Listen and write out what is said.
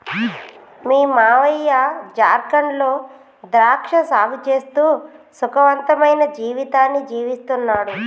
మీ మావయ్య జార్ఖండ్ లో ద్రాక్ష సాగు చేస్తూ సుఖవంతమైన జీవితాన్ని జీవిస్తున్నాడు